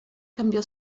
cambió